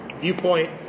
viewpoint